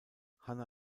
hanna